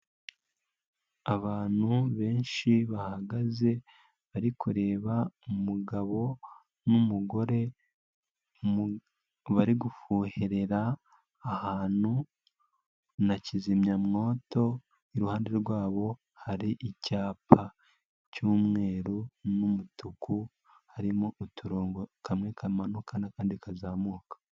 Abantu benshi bahagaze bari kureba umugabo n'umugore, bari gufuhera ahantu na kizimyamwoto, iruhande rwabo hari icyapa cy'umweru n'umutuku, harimo uturongo kamwe kamanuka n'akandi kazamuka.